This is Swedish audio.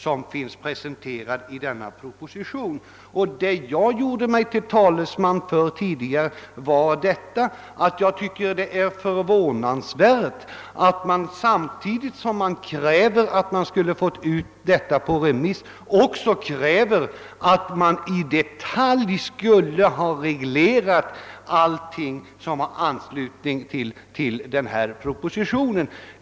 Vad jag tidigare i dag gjorde mig till talesman för var att det är förvånansvärt, att man samtidigt som man kräver att förslaget skall gå ut på remiss också kräver att allt som har anslutning till denna proposition skall regleras i detalj.